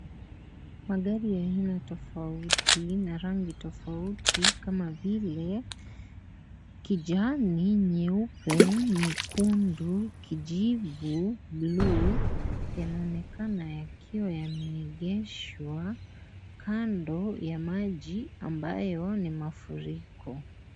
Magari ya aina tofauti na yana rangi tofauti kama vile kijani, nyeupe, nyekundu, kijivu, na buluu yanaonekana yakiwa yameegeshwa kando ya maji ambayo ni mafuriko.